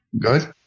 Good